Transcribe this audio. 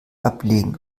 ablegen